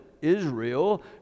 israel